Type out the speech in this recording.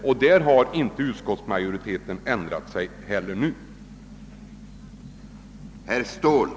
Beträffande dessa har utskottsmajoriteten inte ändrat mening.